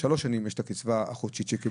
שלוש שנים יש את הקצבה החודשית שהם קיבלו,